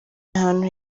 ahantu